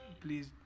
please